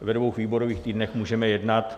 Ve dvou výborových týdnech můžeme jednat.